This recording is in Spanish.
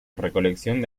recolección